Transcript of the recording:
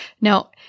Now